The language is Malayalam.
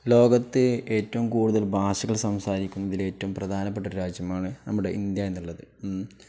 ലോകത്ത് ഏറ്റവും കൂടുതൽ ഭാഷകൾ സംസാരിക്കുന്നതിൽ ഏറ്റവും പ്രധാനപ്പെട്ട ഒരു രാജ്യമാണ് നമ്മുടെ ഇന്ത്യ എന്നുള്ളത്